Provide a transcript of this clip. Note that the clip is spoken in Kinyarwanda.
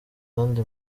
kandi